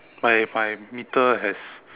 my my meter has